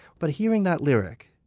but hearing that lyric,